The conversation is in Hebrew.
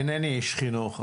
אינני איש חינוך,